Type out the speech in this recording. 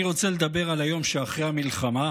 אני רוצה לדבר על היום שאחרי המלחמה,